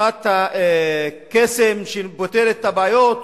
נוסחת הקסם שפותרת את הבעיות